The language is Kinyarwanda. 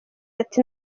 ati